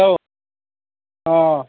hello অঁ